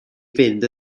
fynd